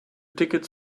tickets